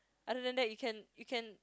other than that you can you can